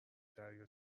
دریا